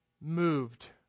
moved